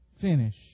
finish